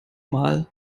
mal